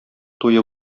туе